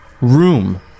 Room